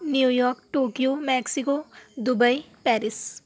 New York Tokyo Mexico Dubai Paris